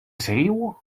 seguiu